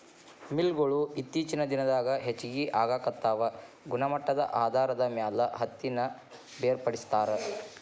mill ಗೊಳು ಇತ್ತೇಚಿನ ದಿನದಾಗ ಹೆಚಗಿ ಆಗಾಕತ್ತಾವ ಗುಣಮಟ್ಟದ ಆಧಾರದ ಮ್ಯಾಲ ಹತ್ತಿನ ಬೇರ್ಪಡಿಸತಾರ